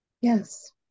Yes